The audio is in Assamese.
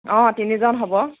অ তিনিজন হ'ব